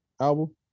album